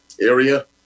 area